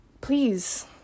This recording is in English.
Please